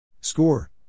Score